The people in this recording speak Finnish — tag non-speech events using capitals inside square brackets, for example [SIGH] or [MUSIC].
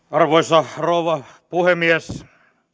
[UNINTELLIGIBLE] arvoisa rouva puhemies